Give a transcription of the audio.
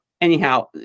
Anyhow